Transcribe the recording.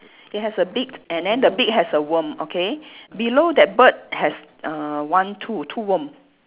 it has a beak and then the beak has a worm okay below that bird has uh one two two worm